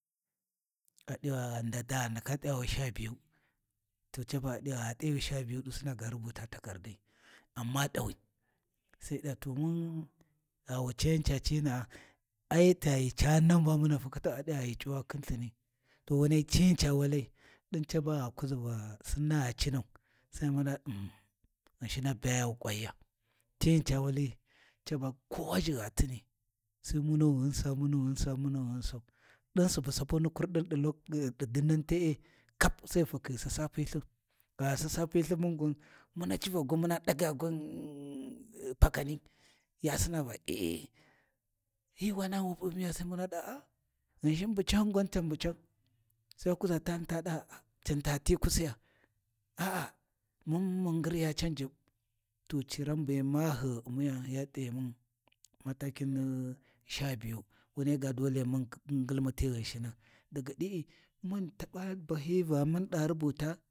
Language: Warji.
ca baghi di gha ɗayu shabiyu hi ndaka ga rubutu takardai, amma t’awi gha wa cayan ca cina’a, ai ca ghi cani nan ba muna fukhitau a ɗi ghi c’uwa khin lthini, to wuna cini ca walai ɗin caba gha kuji Va Sinna gha cinau Ghinshina baya wu kwanya, cini ca walai ko ghaʒi ba gha tini, sai munu ghensa munu ghemsau munu ghunsau din subu sapuri kurdin di te’e kap sai ghi fakhi ghi sasapi lthin, gha ghi sasapi lthin mun gwan, muna civan muna ɗagu gwan pakani ya sina va Ghinshin gwan bu cahun mun gwan can bu can, Sai wa kuʒa tani ta ɗaa u can tati kusiya ya can Juɓɓ, to ciran be maahi ghi U’miya ya t’ayimun mata kin ni sha biyu, wunai ga dole mun ngilmuti Ghinshina, daga di’i mun taba bahiyi Vamun ɗa rubuta.